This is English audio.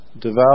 devout